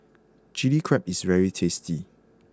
Chili Crab is very tasty